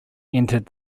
entered